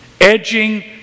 Edging